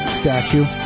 statue